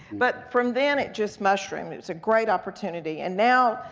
but from then, it just mushroomed. it was a great opportunity, and now,